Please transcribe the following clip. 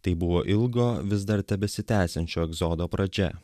tai buvo ilgo vis dar tebesitęsiančio egzodo pradžia